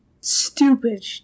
stupid